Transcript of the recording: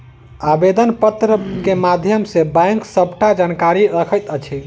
आवेदन पत्र के माध्यम सॅ बैंक सबटा जानकारी रखैत अछि